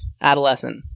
Adolescent